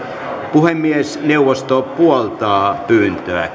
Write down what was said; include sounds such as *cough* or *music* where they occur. puhemiesneuvosto puoltaa pyyntöä *unintelligible*